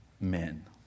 men